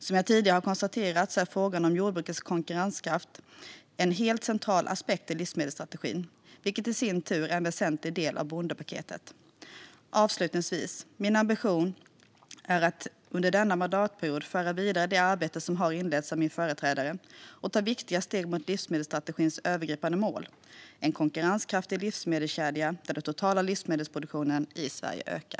Som jag tidigare har konstaterat är frågan om jordbrukets konkurrenskraft en helt central aspekt i livsmedelsstrategin, vilket i sin tur är en väsentlig del av bondepaketet. Avslutningsvis: Min ambition är att under denna mandatperiod föra vidare det arbete som inletts av min företrädare och ta viktiga steg mot livsmedelsstrategins övergripande mål - en konkurrenskraftig livsmedelskedja där den totala livsmedelsproduktionen i Sverige ökar.